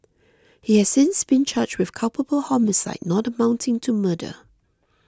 he has since been charged with culpable homicide not amounting to murder